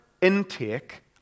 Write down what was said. intake